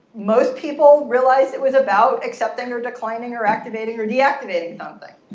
most people realized it was about accepting or declining or activating or deactivating something.